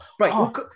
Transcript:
right